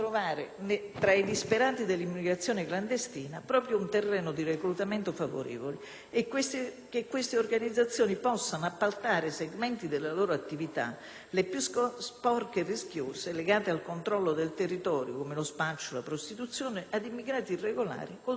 che queste organizzazioni, possano appaltare segmenti delle loro attività, le più sporche e rischiose, legate al controllo del territorio come lo spaccio e la prostituzione ad immigrati irregolari, col duplice vantaggio di sviare l'attenzione e di avere un esercito di manovalanza ricattabile e pronto a tutto.